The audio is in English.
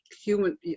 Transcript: Human